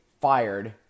fired